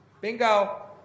Bingo